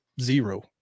zero